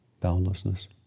boundlessness